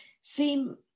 seem